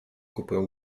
kupują